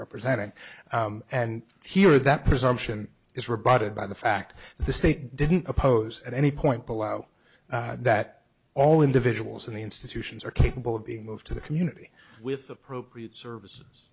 representing and here that presumption is rebutted by the fact that the state didn't oppose at any point below that all individuals in the institutions are capable of being moved to the community with appropriate services